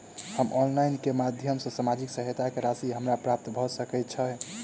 हम ऑनलाइन केँ माध्यम सँ सामाजिक सहायता केँ राशि हमरा प्राप्त भऽ सकै छै?